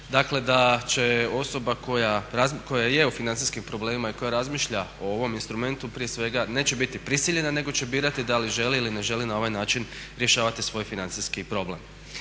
dakle da će osoba koja je u financijskim problemima i koja razmišlja o ovom instrumentu prije svega neće biti prisiljena nego će birati da li želi ili ne želi na ovaj način rješavati svoj financijski problem.